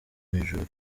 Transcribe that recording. ijuru